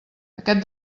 aquest